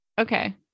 Okay